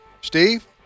Steve